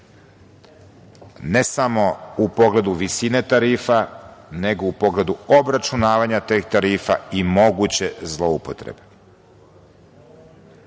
Ne samo u pogledu visine tarifa nego u pogledu obračunavanja tarifa i moguće zloupotrebe.